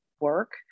work